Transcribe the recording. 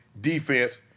defense